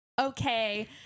okay